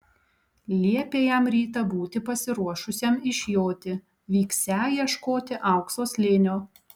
liepė jam rytą būti pasiruošusiam išjoti vyksią ieškoti aukso slėnio